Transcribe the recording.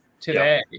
today